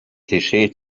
klischee